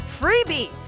freebie